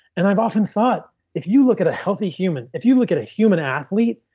and i've often thought if you look at a healthy human, if you look at a human athlete,